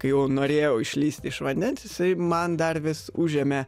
kai jau norėjau išlįsti iš vandens jisai man dar vis užėmė